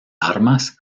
armas